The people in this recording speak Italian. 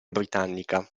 britannica